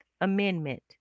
amendment